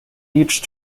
each